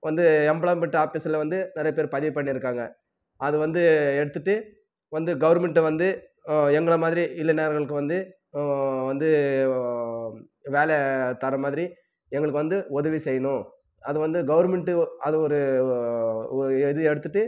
வந்து எம்ப்ளாய்மெண்ட்டு ஆஃபிஸ்ல வந்து நிறைய பேர் பதிவு பண்ணிருக்காங்கள் அது வந்து எடுத்துட்டு வந்து கவர்மெண்ட்டு வந்து எங்களை மாதிரி இளைஞர்களுக்கு வந்து வந்து வேலை தர மாதிரி எங்களுக்கு வந்து உதவி செய்யணும் அது வந்து கவர்மெண்ட்டு அதை ஒரு ஒரு இதாக எடுத்துகிட்டு